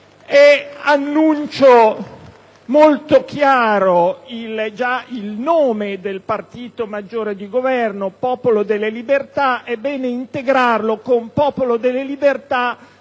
un annuncio molto chiaro già il nome del partito maggiore di Governo: Popolo della Libertà; ora sarà bene integrarlo: Popolo della Libertà,